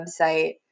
website